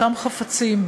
אותם חפצים,